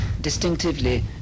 distinctively